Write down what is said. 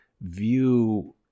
view